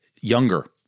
younger